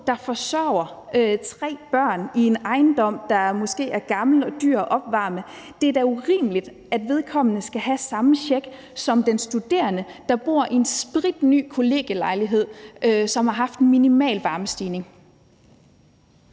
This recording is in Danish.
der forsørger tre børn i en ejendom, der måske er gammel og dyr at opvarme, så er det da urimeligt, at vedkommende skal have samme check som den studerende, der bor i en spritny kollegielejlighed, som har haft en minimal stigning